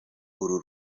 uru